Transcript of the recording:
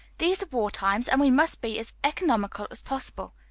these are war times, and we must be as economical as possible.